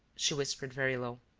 she whispered very low!